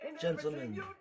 gentlemen